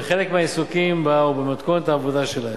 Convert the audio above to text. בחלק מהעיסוקים בה ובמתכונת העבודה שלה.